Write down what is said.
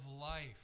life